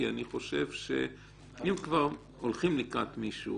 גם לאוצר כי אני חושב שאם כבר הולכים לקראת מישהו